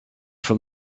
from